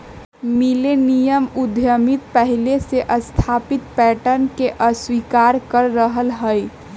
millennium उद्यमिता पहिले से स्थापित पैटर्न के अस्वीकार कर रहल हइ